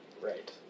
Right